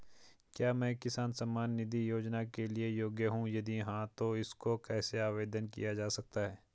क्या मैं किसान सम्मान निधि योजना के लिए योग्य हूँ यदि हाँ तो इसको कैसे आवेदन किया जा सकता है?